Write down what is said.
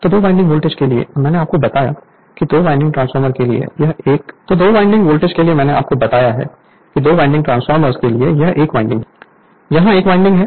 तो दो winding voltage के लिए मैंने आपको बताया कि दो वाइंडिंग ट्रांसफार्मर के लिए यह 1 वाइंडिंग है